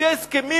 לפי ההסכמים,